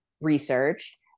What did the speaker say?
researched